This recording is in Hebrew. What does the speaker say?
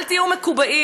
אל תהיו מקובעים.